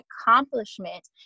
accomplishment